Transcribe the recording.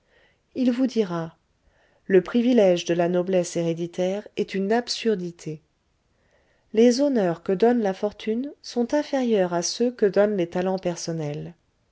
il vous dira le privilège de la noblesse héréditaire est une absurdité les honneurs que donnent la fortune sont inférieurs à ceux que donnent les talents personnels